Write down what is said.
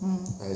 mm